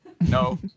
No